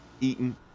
Eaton